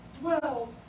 dwells